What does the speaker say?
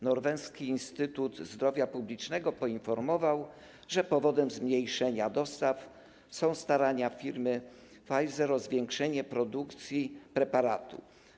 Norweski Instytut Zdrowia Publicznego tydzień temu poinformował, że powodem zmniejszenia dostaw są starania firmy Pfizer o zwiększenie produkcji preparatu.